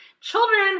Children